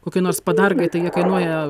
kokie nors padargai tai jie kainuoja